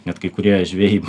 net kai kurie žvejai